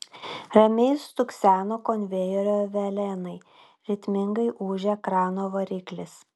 ramiai stukseno konvejerio velenai ritmingai ūžė krano variklis